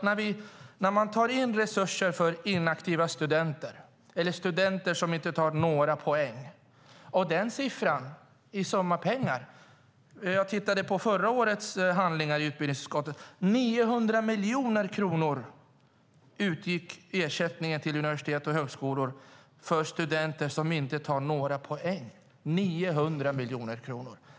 När det gäller resurser för inaktiva studenter eller studenter som inte tar några poäng och vad siffran för detta är i summa pengar tittade jag på förra årets handlingar i utbildningsutskottet. 900 miljoner kronor utgick i ersättningar till universitet och högskolor för studenter som inte tar några poäng. 900 miljoner kronor.